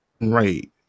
right